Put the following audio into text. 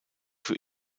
für